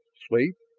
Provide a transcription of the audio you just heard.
sleep?